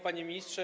Panie Ministrze!